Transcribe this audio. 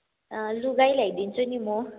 अँ लुगै ल्याइदिन्छु नि म